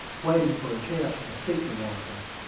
waiting for a chance to speak to one of us.